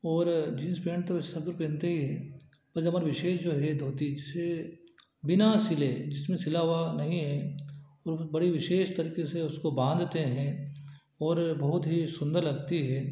और jeans pant तो सभी पहनते ही हैं पर विशेष जो है धोती से बिना सिले जिसमें सिला हुआ नहीं है वो बड़ी विशेष तरीके से उसको बांधते हैं और बहुत ही सुंदर लगती है